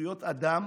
זכויות אדם